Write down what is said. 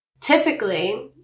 typically